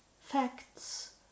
facts